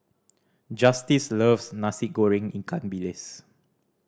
Justice loves Nasi Goreng ikan bilis